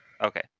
Okay